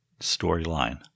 storyline